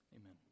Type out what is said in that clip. Amen